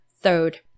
Third